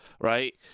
right